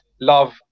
Love